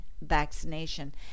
vaccination